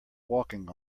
walking